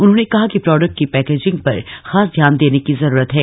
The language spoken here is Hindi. उन्होंने कहा कि प्रोडक्ट की पैकेजिंग पर खास ध्यान देने की जरूरत है